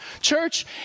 church